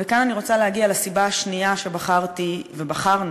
וכאן אני רוצה להגיע לסיבה השנייה שבחרתי ובחרנו,